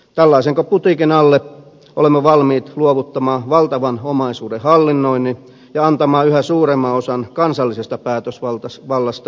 tällaisenko putiikin alle olemme valmiit luovuttamaan valtavan omaisuuden hallinnoinnin ja antamaan yhä suuremman osan kansallisesta päätösvallasta osakeyhtiölle